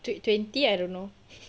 twe~ twenty I don't know